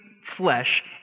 flesh